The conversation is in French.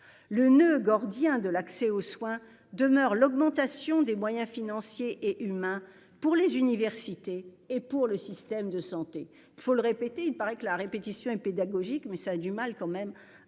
Le noeud gordien de l'accès aux soins demeure l'augmentation des moyens financiers et humains pour les universités et pour le système de santé, il faut le répéter, il paraît que la répétition et pédagogique mais ça a du mal quand même